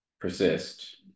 persist